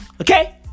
Okay